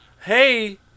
hey